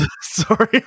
Sorry